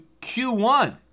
Q1